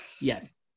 Yes